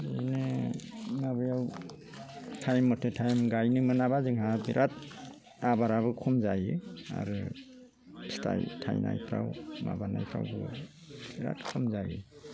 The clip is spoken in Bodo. बिदिनो माबायाव टाइम मथे टाइम गायनो मोनाब्ला जोंहा बिराद आबादाबो खम जायो आरो फिथाय थाइनायफ्राव माबानायफोरावबो बिराद खम जायो